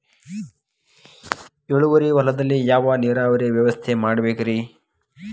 ಇಳುವಾರಿ ಹೊಲದಲ್ಲಿ ಯಾವ ನೇರಾವರಿ ವ್ಯವಸ್ಥೆ ಮಾಡಬೇಕ್ ರೇ?